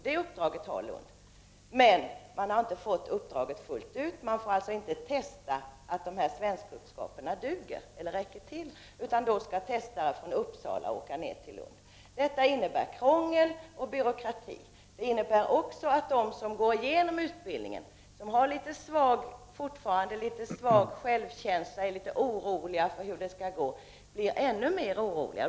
Det uppdraget har man alltså fått, men man har inte fått uppdraget fullt ut — man får inte testa att svenskkunskaperna räcker till utan dessa skall testas i Uppsala. Sedan får testaren åka ner till Lund. Det innebär krångel och byråkrati. Det innebär också att de som går igenom utbildningen, som fortfarande har svag självkänsla och som är oroliga för hur det skall gå blir ännu mera oroliga.